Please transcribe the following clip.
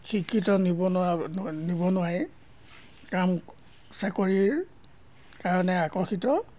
শিক্ষিত নিবনুৱা ন নিবনুৱাই কাম চাকৰিৰ কাৰণে আকৰ্ষিত